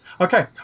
Okay